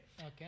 Okay